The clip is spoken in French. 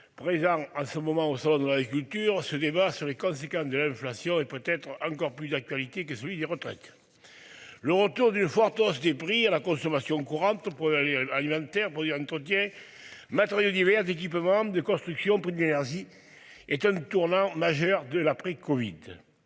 Présents en ce moment au Salon de l'agriculture, ce débat sur les conséquences de l'inflation et peut être encore plus d'actualité, qui est celui des retraites. Le retour d'une forte hausse des prix à la consommation courante pour aller alimentaire pour dire entretien matériaux divers équipements de construction pour de l'énergie est un tournant majeur de l'après-Covid